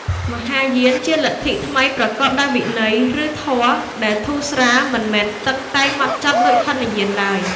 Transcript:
មហាយានជាលទ្ធិថ្មីប្រកបដោយវិន័យ ឬ ធម៌ដែលធូរស្រាល មិនមែន តឹងតែងហ្មត់ចត់ដូចហីនយានឡើយ។